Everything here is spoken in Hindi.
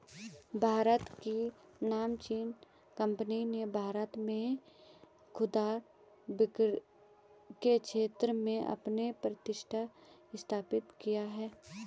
भारत की नामचीन कंपनियों ने भारत में खुदरा बिक्री के क्षेत्र में अपने प्रतिष्ठान स्थापित किए हैं